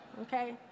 Okay